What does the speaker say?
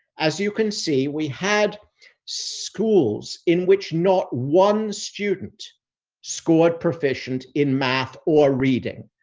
as you can see, we had schools in which not one student scored proficient in math or reading,